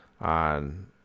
on